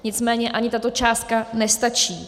Nicméně ani tato částka nestačí.